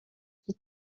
qui